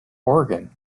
oregon